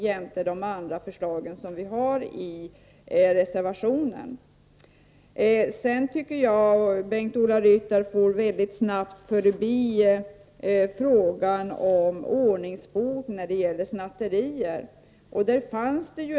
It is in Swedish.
Vi har även andra förslag i reservationen. Jag tycker att Bengt-Ola Ryttar mycket snabbt gick förbi frågan om ordningsbot för snatterier.